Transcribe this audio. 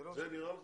זה נראה לך?